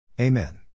Amen